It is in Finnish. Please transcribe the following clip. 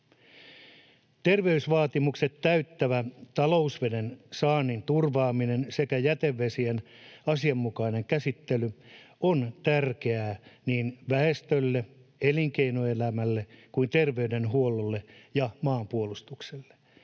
Terveysvaatimukset täyttävän talousveden saannin turvaaminen sekä jätevesien asianmukainen käsittely on tärkeää niin väestölle, elinkeinoelämälle kuin terveydenhuollolle ja maanpuolustukselle.